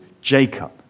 Jacob